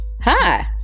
Hi